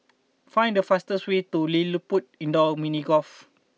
find the fastest way to LilliPutt Indoor Mini Golf